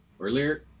earlier